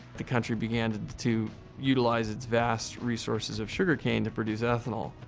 the country began to to utilize its vast resources of sugar cane to produce ethanol.